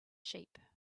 sheep